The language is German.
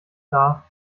klar